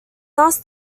thus